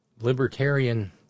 libertarian